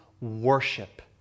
worship